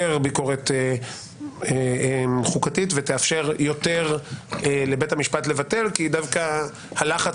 ביקורת חוקתית ותאפשר יותר לבית המשפט לבטל כי דווקא הלחץ